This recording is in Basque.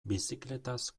bizikletaz